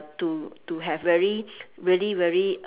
to to have very really very